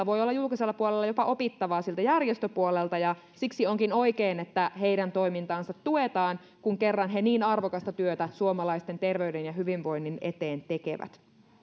voi olla julkisella puolella jopa opittavaa sieltä järjestöpuolelta ja siksi onkin oikein että heidän toimintaansa tuetaan kun kerran he niin arvokasta työtä suomalaisten terveyden ja hyvinvoinnin eteen tekevät